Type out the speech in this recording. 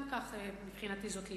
גם כך מבחינתי זו תלייה.